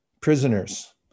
prisoners